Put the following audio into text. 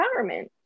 empowerment